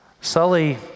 Sully